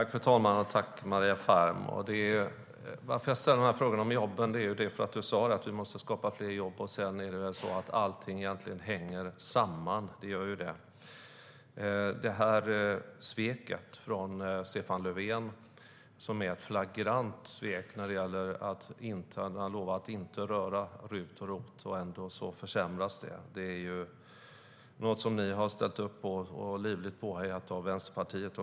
Fru talman! Tack för svaret, Maria Ferm! Anledningen till att jag ställde frågan om jobben är att du sa att vi måste skapa fler jobb. Sedan är det väl så att allt egentligen hänger samman. Det gör ju det. Det är ett flagrant svek från Stefan Löfven att han lovade att inte röra RUT och ROT, och ändå försämras det. Det är något ni har ställt upp på, naturligtvis livligt påhejade av Vänsterpartiet.